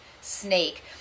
snake